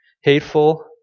hateful